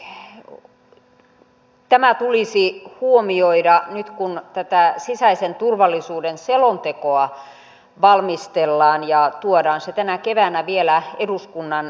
erityisesti tämä tulisi huomioida nyt kun tätä sisäisen turvallisuuden selontekoa valmistellaan ja tuodaan se tänä keväänä vielä eduskunnan käsittelyyn